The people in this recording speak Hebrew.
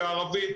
בערבית,